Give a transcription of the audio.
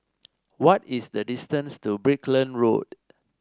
what is the distance to Brickland Road